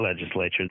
legislature